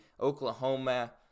Oklahoma